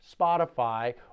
Spotify